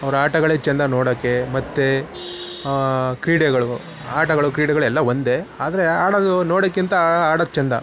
ಅವ್ರು ಆಟಗಳೇ ಚೆಂದ ನೋಡೊಕೆ ಮತ್ತು ಕ್ರೀಡೆಗಳು ಆಟಗಳು ಕ್ರೀಡೆಗಳು ಎಲ್ಲ ಒಂದೇ ಆದರೆ ಆಡೋದು ನೋಡೋಕ್ಕಿಂತ ಆಡೋದು ಚೆಂದ